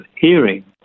hearing